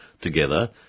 together